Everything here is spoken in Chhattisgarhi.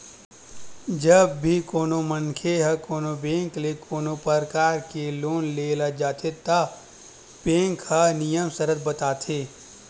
जब भी कोनो मनखे ह कोनो बेंक ले कोनो परकार के लोन ले जाथे त बेंक ह नियम सरत ल बताथे